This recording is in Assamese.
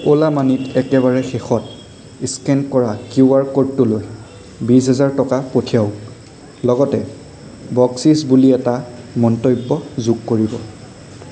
অ'লা মানিত একেবাৰে শেষত স্কেন কৰা কিউ আৰ ক'ডটোলৈ বিশ হাজাৰ টকা পঠিয়াওঁক লগতে বকচিচ বুলি এটা মন্তব্য যোগ কৰিব